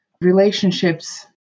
relationships